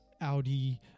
Audi